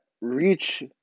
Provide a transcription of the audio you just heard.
reach